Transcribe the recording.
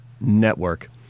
Network